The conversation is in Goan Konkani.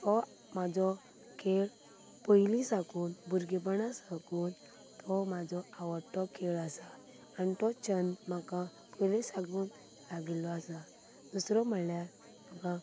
तो म्हजो खेळ पयली साकून भुरग्यांपणा साकून तो म्हजो आवडटो खेळ आसा आनी तो छंद म्हाका पयली साकून लागिल्लो आसा दुसरो म्हणल्यार म्हाका